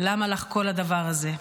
למה לך כל הדבר הזה.